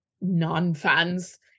non-fans